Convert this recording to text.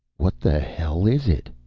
what the hell is it?